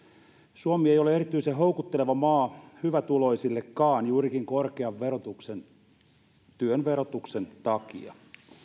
suomi ei ole erityisen houkutteleva maa hyvätuloisillekaan juurikin korkean työn verotuksen takia